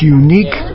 unique